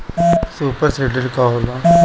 Super seeder का होला?